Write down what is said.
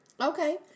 Okay